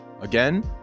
Again